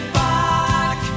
back